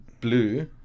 blue